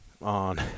on